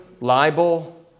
libel